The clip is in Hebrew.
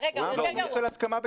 הסכמה בכפייה.